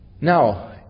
now